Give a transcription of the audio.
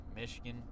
michigan